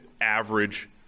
average